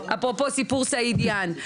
אפרופו סיפור סעידיאן.